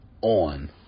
on